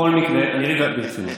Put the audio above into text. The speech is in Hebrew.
מקרה, רגע, ברצינות.